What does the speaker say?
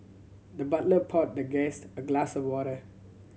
the butler poured the guest a glass of water